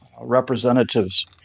representatives